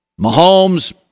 Mahomes